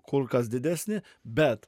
kur kas didesnį bet